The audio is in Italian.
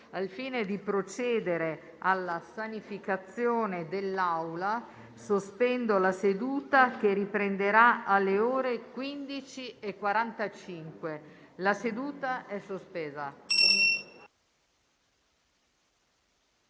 Al fine di procedere alla sanificazione dell'Aula, sospendo la seduta che riprenderà alle ore 15,45. La seduta è sospesa.